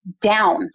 down